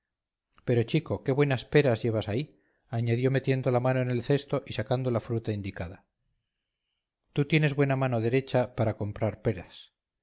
pero chico qué buenas peras llevas ahí añadió metiendo la mano en el cesto y sacando la fruta indicada tú tienes buena mano derecha para comprar peras